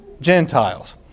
Gentiles